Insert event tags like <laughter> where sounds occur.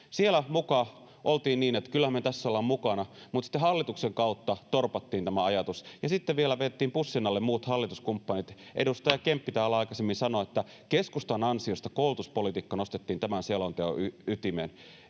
Siellä muka oltiin niin, että kyllähän me tässä ollaan mukana, mutta sitten hallituksen kautta torpattiin tämä ajatus. Ja sitten vielä vedettiin bussin alle muut hallituskumppanit. <noise> Edustaja Kemppi täällä aikaisemmin sanoi, että keskustan ansiosta koulutuspolitiikka nostettiin tämän selonteon ytimeen.